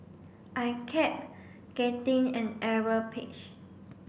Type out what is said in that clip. I kept getting an error page